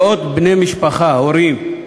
מאות בני משפחה, הורים,